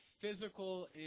physical